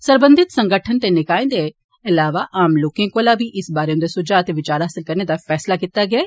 सरबंधित संगठनें ते निकाएं दे इलावा आम लोकें कोला बी इस बारे उन्दे सुझाव ते विचार हासल करने दा फैसला कीता गेआ ऐ